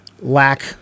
Lack